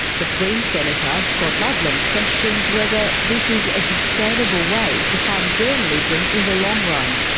but greens senator scott ludlam questions whether this is a sustainable way to fund journalism in the long run.